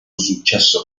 successo